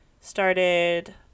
started